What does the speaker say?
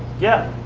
yeah.